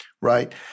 right